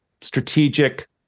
strategic